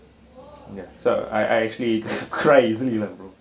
ya so I I actually cry easily lah bro